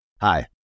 Hi